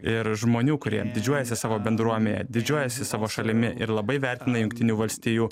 ir žmonių kurie didžiuojasi savo bendruomene didžiuojasi savo šalimi ir labai vertina jungtinių valstijų